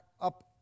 up